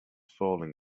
falling